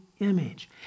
image